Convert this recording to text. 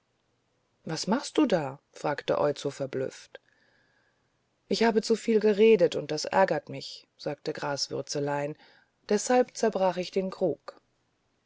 was machst du da sagte oizo verblüfft ich habe zuviel geredet und das ärgert mich sagte graswürzelein deshalb zerbrach ich den krug